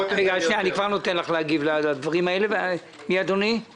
אדוני, בבקשה.